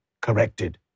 corrected